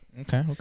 Okay